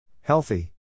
Healthy